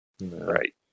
right